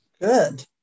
Good